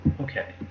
Okay